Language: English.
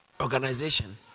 organization